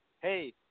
hey